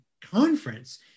conference